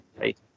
right